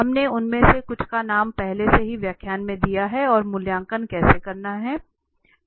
हमने उनमें से कुछ का नाम पहले से ही व्याख्यान में दिया है और मूल्यांकन कैसे करना है